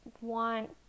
want